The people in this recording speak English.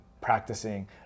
practicing